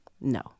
no